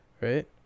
right